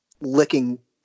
licking